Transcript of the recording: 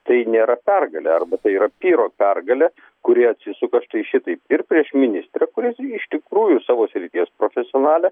tai nėra pergalė arba tai yra pyro pergalė kuri atsisuka štai šitaip ir prieš ministrę kuri iš tikrųjų savo srities profesionalė